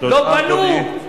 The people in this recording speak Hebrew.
לא בנו,